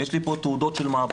יש לי תעודות של מעבדה,